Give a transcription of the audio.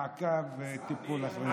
מעקב וטיפול אחרי זה.